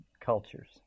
cultures